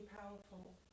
powerful